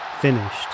finished